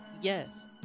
yes